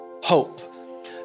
hope